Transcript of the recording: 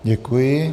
Děkuji.